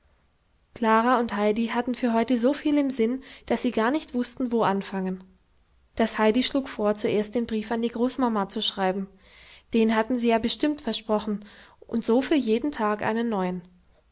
klara und heidi hatten für heute so viel im sinn daß sie gar nicht wußten wo anfangen das heidi schlug vor zuerst den brief an die großmama zu schreiben den hatten sie ja bestimmt versprochen und so für jeden tag einen neuen